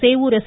Sevur S